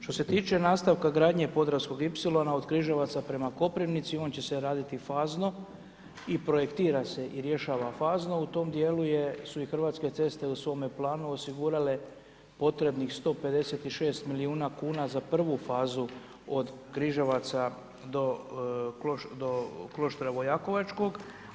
Što se tiče nastavka gradnje podravskog ipsilona od Križevaca prema Koprivnici, on će se raditi fazno i projektira se i rješava fazno, u tom dijelu su i hrvatske ceste u svom planu osigurale potrebnih 156 milijuna kn, za prvu fazu od Križevaca do Kloštra Vojakovičkog.